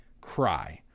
cry